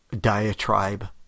diatribe